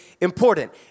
important